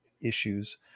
issues